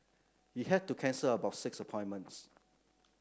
he had to cancel about six appointments